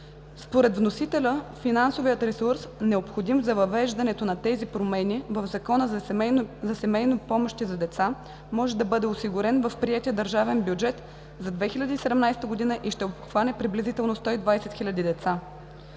Според вносителя финансовият ресурс, необходим за въвеждането на тези промени в Закона за семейно помощи за деца, може да бъде осигурен в приетия държавен бюджета за 2017 г. и ще обхване приблизително 120 хиляди деца.